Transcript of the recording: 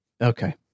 Okay